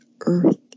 earth